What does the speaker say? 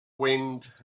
wind